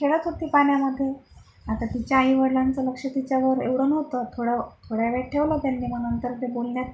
खेळत होती पाण्यामध्ये आता तिच्या आई वडिलांचं लक्ष तिच्यावर एव्हढं नव्हतं थोडं थोड्यावेळ ठेवलं त्यांनी मग नंतर ते बोलण्यात